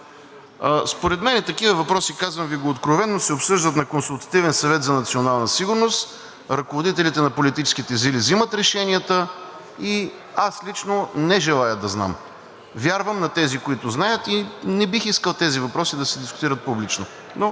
Според мен такива въпроси, казвам Ви го откровено, се обсъждат на Консултативен съвет за национална сигурност, ръководителите на политическите сили взимат решенията и аз лично не желая да знам. Вярвам на тези, които знаят, и не бих искал тези въпроси да се дискутират публично.